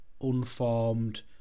unformed